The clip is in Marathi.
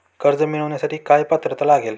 कर्ज मिळवण्यासाठी काय पात्रता लागेल?